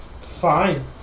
Fine